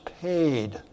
paid